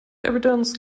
evidence